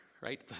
right